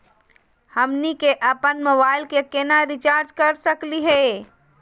हमनी के अपन मोबाइल के केना रिचार्ज कर सकली हे?